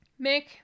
Mick